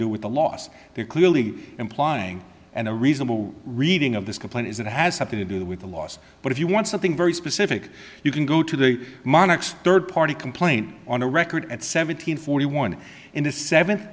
do with the loss they're clearly implying and a reasonable reading of this complaint is that it has something to do with the loss but if you want something very specific you can go to the monarch's third party complaint on the record at seven hundred forty one in the seventh